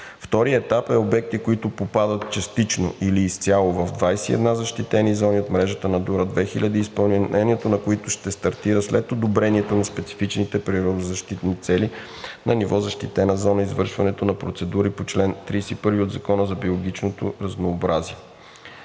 Вторият етап е за обекти, които попадат частично или изцяло в 21 защитени зони от мрежата „Натура 2000“ и изпълнението на които ще стартира след одобрението на специфичните природозащитни цели на ниво защитена зона, а извършването на процедури е по чл. 31 от Закона за биологичното разнообразие.